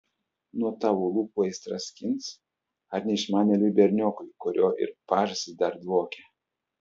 nuo tavo lūpų aistrą skins ar neišmanėliui berniokui kurio ir pažastys dar dvokia